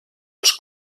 als